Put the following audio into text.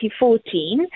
2014